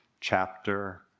chapter